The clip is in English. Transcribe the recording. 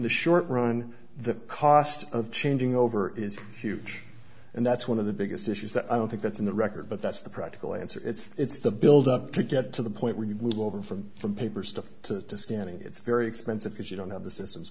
the short run the cost of changing over is huge and that's one of the biggest issues that i don't think that's in the record but that's the practical answer it's the build up to get to the point where you will go over from from paper stuff to the scanning it's very expensive because you don't have the systems